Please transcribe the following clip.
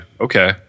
Okay